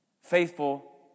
faithful